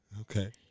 Okay